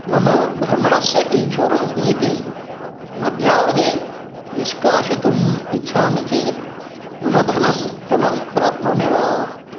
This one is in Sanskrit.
मम भ्रमणस्य इन्शुरन्स् नीतिं मध्यावधि निष्काषयितुम् इच्छामि चेत् मम धनं पुनः प्राप्नोमि वा